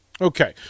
Okay